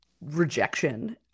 rejection